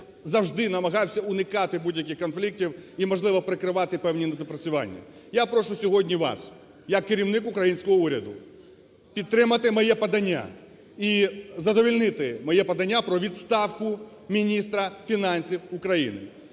завжди намагався уникати будь-яких конфліктів і, можливо, прикривати певні недопрацювання. Я прошу сьогодні вас як керівник українського уряду підтримати моє подання і задовольнити моє подання про відставку міністра фінансів України.